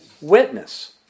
Witness